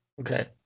Okay